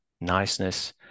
niceness